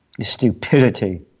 Stupidity